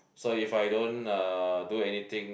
so if I don't uh do anything